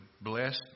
bless